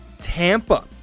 tampa